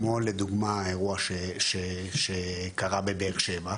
כמו לדוגמה האירוע שקרה בבאר שבע,